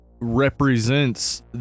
represents